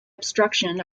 obstruction